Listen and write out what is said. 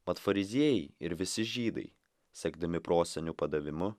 mat fariziejai ir visi žydai sekdami prosenių padavimu